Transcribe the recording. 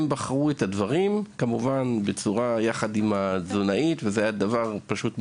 הם בחרו את דברים ביחד עם התזונאית וזה היה דבר פשוט מדהים.